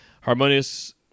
Harmonious